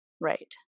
Right